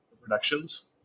Productions